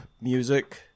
music